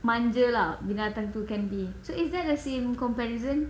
manja lah binatang tu can be so is that the same comparison